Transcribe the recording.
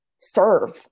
serve